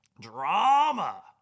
drama